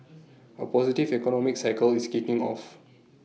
A positive economic cycle is kicking off